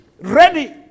ready